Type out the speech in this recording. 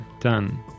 done